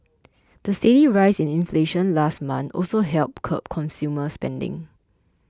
the steady rise in inflation last month also helped curb consumer spending